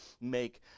make